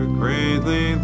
greatly